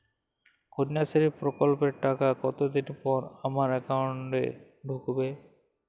কন্যাশ্রী প্রকল্পের টাকা কতদিন পর আমার অ্যাকাউন্ট এ ঢুকবে?